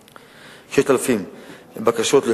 בבקשה, אדוני.